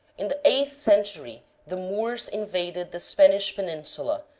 in the eighth century the moors invaded the span ish peninsula,